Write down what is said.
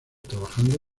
trabajando